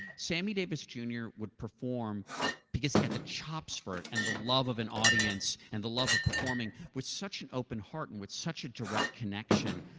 sammy davis, jr, would perform because he had the chops for it and the love of an audience, and the love of performing with such an open heart and with such a direct connection,